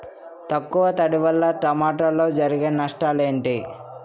తక్కువ తడి వల్ల టమోటాలో జరిగే నష్టాలేంటి?